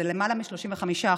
זה למעלה מ-35%.